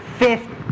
fifth